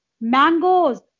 mangoes